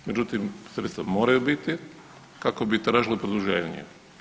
Međutim, sredstva moraju biti kako bi tražili produženje.